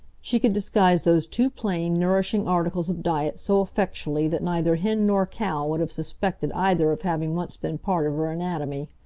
she could disguise those two plain, nourishing articles of diet so effectually that neither hen nor cow would have suspected either of having once been part of her anatomy.